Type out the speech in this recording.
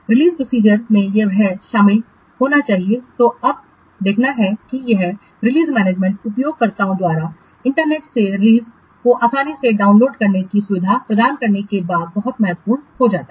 release प्रोसीजरमें वह शामिल होना चाहिए जो अब देखता है कि यह रिलीज़ मैनेजमेंट उपयोगकर्ताओं द्वारा इंटरनेट से रिलीज़ को आसानी से डाउनलोड करने की सुविधा प्राप्त करने के बाद बहुत महत्वपूर्ण हो जाता है